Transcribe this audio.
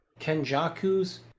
kenjaku's